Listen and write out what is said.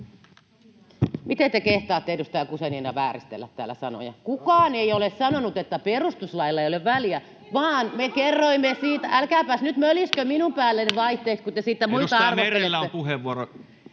Miten te kehtaatte, edustaja Guzenina, vääristellä täällä sanoja? Kukaan ei ole sanonut, että perustuslailla ei ole väliä, vaan me kerroimme siitä... [Maria Guzeninan välihuuto] — Älkääpäs nyt möliskö minun päälleni vaihteeksi, kun te siitä muita arvostelette.